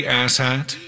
asshat